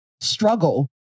struggle